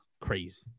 Crazy